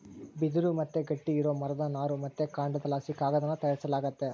ಬಿದಿರು ಮತ್ತೆ ಗಟ್ಟಿ ಇರೋ ಮರದ ನಾರು ಮತ್ತೆ ಕಾಂಡದಲಾಸಿ ಕಾಗದಾನ ತಯಾರಿಸಲಾಗ್ತತೆ